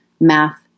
math